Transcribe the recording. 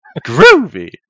Groovy